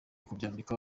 kubyandika